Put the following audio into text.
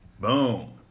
Boom